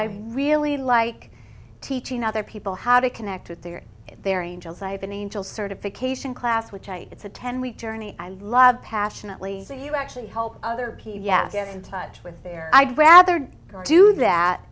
i really like teaching other people how to connect with their their angels i have an angel certification class which i it's a ten week journey i love passionately that you actually help other people yet get in touch with their i'd rather do that